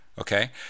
okay